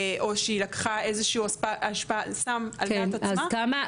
או שהיא לקחה איזשהו סם על דעת עצמה --- כן,